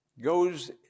goes